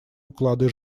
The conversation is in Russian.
уклады